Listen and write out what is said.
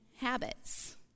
habits